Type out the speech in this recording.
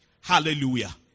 Hallelujah